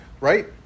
right